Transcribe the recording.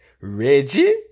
Reggie